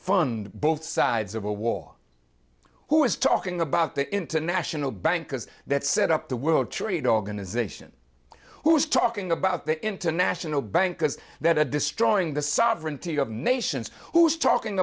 fund both sides of a war who is talking about the international bankers that set up the world trade organization who's talking about the international bankers that are destroying the sovereignty of nations who's talking